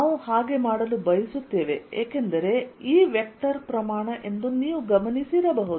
ನಾವು ಹಾಗೆ ಮಾಡಲು ಬಯಸುತ್ತೇವೆ ಏಕೆಂದರೆ E ವೆಕ್ಟರ್ ಪ್ರಮಾಣ ಎಂದು ನೀವು ಈಗ ಗಮನಿಸಿರಬಹುದು